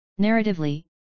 Narratively